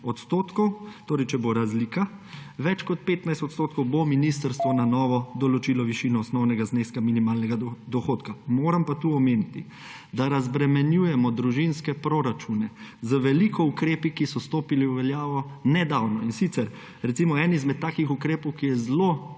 15 %, torej če bo razlika več kot 15 %, bo ministrstvo na novo določilo višino osnovnega zneska minimalnega dohodka. Moram pa tu omeniti, da razbremenjujemo družinske proračune z veliko ukrepi, ki so stopili v veljavo nedavno. Eden izmed takih ukrepov, ki je zelo